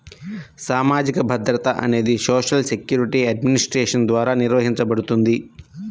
సామాజిక భద్రత అనేది సోషల్ సెక్యూరిటీ అడ్మినిస్ట్రేషన్ ద్వారా నిర్వహించబడుతుంది